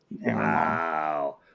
Wow